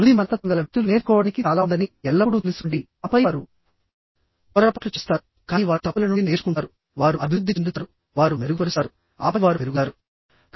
వృద్ధి మనస్తత్వంగల వ్యక్తులు నేర్చుకోవడానికి చాలా ఉందని ఎల్లప్పుడూ తెలుసుకోండి ఆపై వారుపొరపాట్లు చేస్తారు కానీ వారు తప్పుల నుండి నేర్చుకుంటారు వారు అభివృద్ధి చెందుతారు వారు మెరుగుపరుస్తారు ఆపై వారు పెరుగుతారు